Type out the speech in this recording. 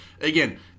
again